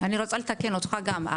אני רוצה לתקן אותם גם,